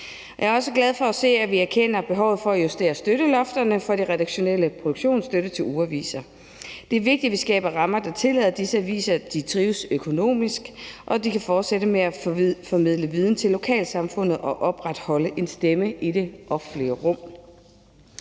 Jeg er også glad for at se, at vi anerkender behovet for at justere støttelofterne for den redaktionelle produktionsstøtte til ugeaviser. Det er vigtigt, at vi skaber rammer, der tillader, at disse aviser trives økonomisk, og at de kan fortsætte med at formidle viden til lokalsamfundet og opretholde en stemme i det offentlige rum.